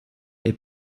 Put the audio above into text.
est